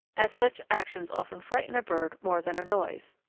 as such actions often frighten a bird more than a noise.